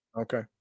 Okay